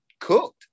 cooked